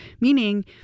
meaning